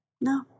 No